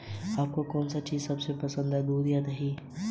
दूध से दही किस प्रक्रिया से बनता है?